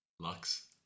Lux